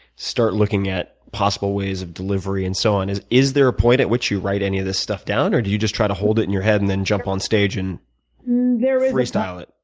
start looking at possible ways of delivery and so on. is is there a point at which you write any of this stuff down, or do you just try to hold it in your head and then jump on stage and free style it?